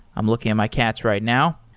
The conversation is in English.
i'm looking at my cats right now.